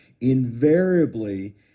invariably